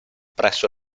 presso